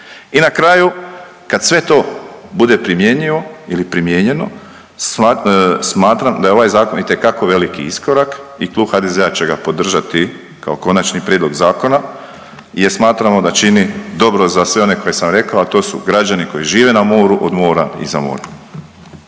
i na kraju, kad sve to bude primjenjivo ili primijenjeno, smatram da je ovaj zakon itekako veliki iskorak i Klub HDZ-a će ga podržati kao konačni prijedlog zakona jer smatramo da čini dobro za sve one koje sam rekao, a to su građani koji žive na moru, od mora i za more.